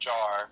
Jar